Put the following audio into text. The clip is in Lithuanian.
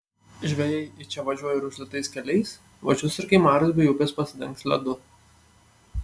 žvejai į čia važiuoja ir užlietais keliais važiuos ir kai marios bei upės pasidengs ledu